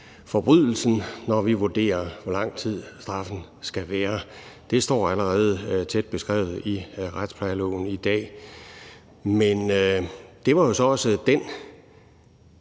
forbrydelsens alvor, når vi vurderer, hvor lang tid straffen skal være. Det står allerede tæt beskrevet i retsplejeloven i dag. Det var jo så også på